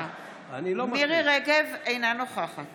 אינה נוכחת